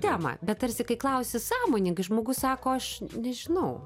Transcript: temą bet tarsi kai klausi sąmoningai žmogus sako aš nežinau